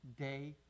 day